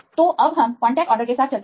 तो अब हम कांटेक्ट ऑर्डर के साथ चलते हैं